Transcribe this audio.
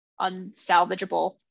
unsalvageable